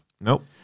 Nope